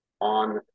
on